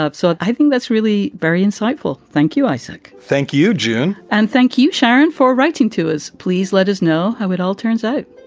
ah so i think that's really very insightful. thank you, isaac. thank you, june. and thank you, sharon, for writing to us. please let us know how it all turns out